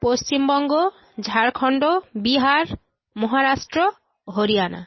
Paschimbanga Jharkhand Bihar Maharashtra Haryana